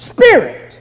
spirit